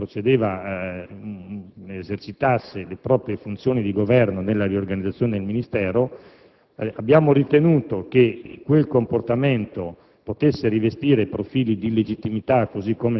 l'organo di Governo che procedeva esercitasse le proprie funzioni di governo nella riorganizzazione del Ministero, quel comportamento